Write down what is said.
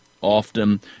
often